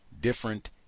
different